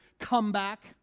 comeback